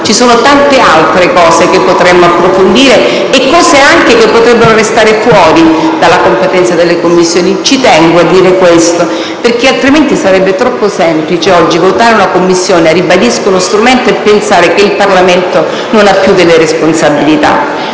Ci sono tante altre cose che potremmo approfondire e altre che potrebbero restare fuori dalla competenza della Commissione. Ci tengo a dire questo, perché altrimenti sarebbe troppo semplice votare una Commissione - ribadisco, uno strumento - e pensare che il Parlamento non ha più responsabilità.